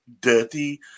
dirty